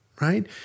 Right